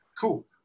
Cool